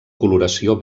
coloració